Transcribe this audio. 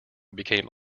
became